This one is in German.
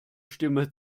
stimme